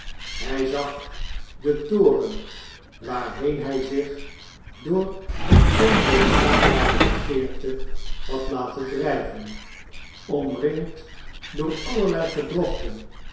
hij zag den toren waarheen hq zich door eene onweerstaanbare begeerte had laten driven omringd door allerlei gedrochten